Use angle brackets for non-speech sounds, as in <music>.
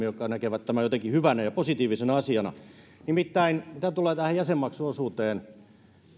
<unintelligible> jotka näkevät tämän jotenkin hyvänä ja positiivisena asiana nimittäin mitä tulee tähän jäsenmaksuosuuteen